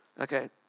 Okay